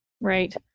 Right